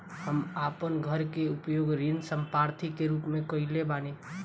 हम अपन घर के उपयोग ऋण संपार्श्विक के रूप में कईले बानी